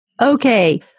Okay